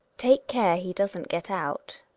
take care he doesn't get out.